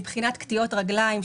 מבחינת קטיעות רגליים,